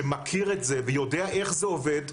שמכיר את זה ויודע איך זה עובד.